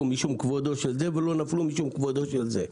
משום כבודו של זה ולא נפלו משום כבודו של זה.